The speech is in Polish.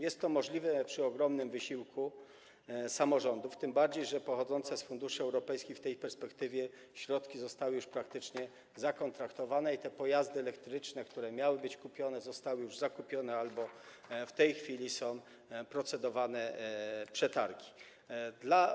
Jest to wykonalne, ale przy ogromnym wysiłku samorządów, tym bardziej że pochodzące z funduszy europejskich w tej perspektywie środki zostały już praktycznie zakontraktowane i te pojazdy elektroniczne, które miały być, zostały już zakupione albo w tej chwili są procedowane przetargi w tej sprawie.